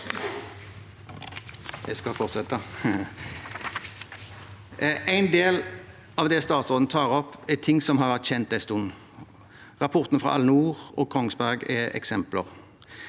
En del av det statsråden tar opp, er ting som har vært kjent en stund. Rapporten fra Al-Noor og Kongsberg er eksempler.